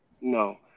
no